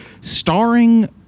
starring